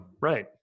Right